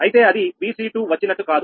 అయితే అది Vc2 వచ్చినట్టు కాదు